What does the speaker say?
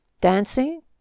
Dancing